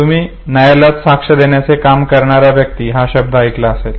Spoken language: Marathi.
तुम्ही न्यायालयात साक्ष देण्याचे काम करणारा व्यक्ती हा शब्द ऐकला असेल